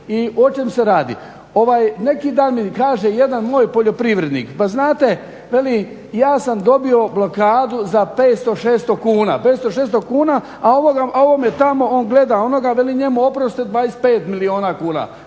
I o čem se radi? Neki dan mi kaže jedan moj poljoprivrednik, pa znate veli, ja sam dobio blokadu za 500, 600 kuna, a ovome tamo on gleda onoga, veli njemu oproste 25 milijuna kuna.